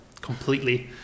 completely